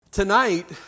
Tonight